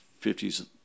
fifties